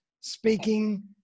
speaking